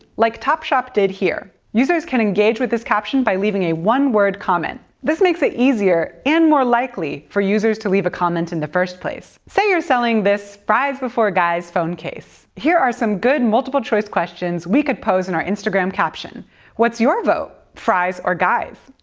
like topshop did here. users can engage with this caption by leaving a one-word comment. this makes it easier and more likely for users to leave a comment in the first place. say you're selling this fries before guys phone case. here are some good multiple choice questions we could pose in our instagram captions what's your vote fries or guys?